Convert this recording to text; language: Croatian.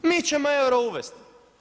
Mi ćemo euro uvesti.